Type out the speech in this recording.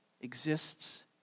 exists